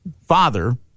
father